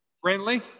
Friendly